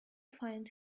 find